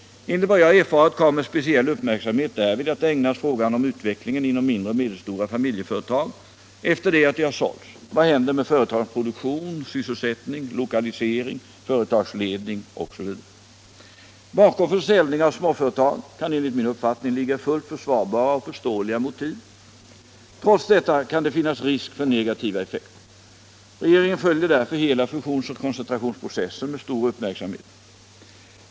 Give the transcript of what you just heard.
Enligt vad jag erfarit kommer speciell uppmärksamhet därvid att ägnas frågan om utvecklingen inom mindre och medelstora familjeföretag efter det att de har sålts. Vad händer med företagens produktion, sysselsättning, lokalisering, företagsledning osv.? Bakom försäljningar av småföretag kan enligt min uppfattning ligga fullt försvarbara och förståeliga motiv. Trots detta kan det finnas risk för negativa effekter. Regeringen följer därför hela fusionsoch koncentrationsprocessen med stor uppmärksamhet.